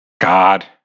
God